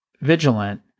vigilant